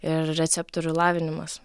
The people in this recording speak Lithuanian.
ir receptorių lavinimas